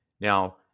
Now